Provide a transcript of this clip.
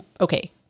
Okay